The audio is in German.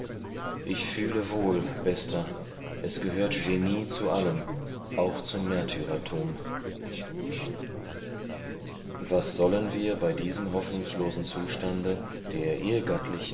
ich fühle wohl bester es gehört genie zu allem auch zum märtyrertum was sollen wir bei diesem hoffnungslosen zustande der